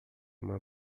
uma